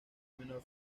menor